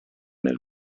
nel